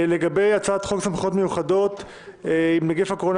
לגבי הצעת חוק סמכויות מיוחדות להתמודדות עם נגיף הקורונה